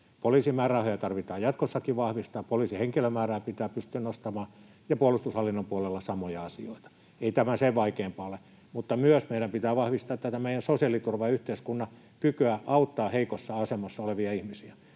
Poliisin määrärahoja tarvitsee jatkossakin vahvistaa, poliisin henkilömäärää pitää pystyä nostamaan, ja puolustushallinnon puolella samoja asioita. Ei tämä sen vaikeampaa ole. Meidän pitää vahvistaa myös meidän sosiaaliturvayhteiskuntamme kykyä auttaa heikossa asemassa olevia ihmisiä,